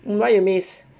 why you miss